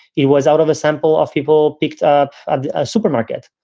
it was out of a sample of people picked up ah supermarket.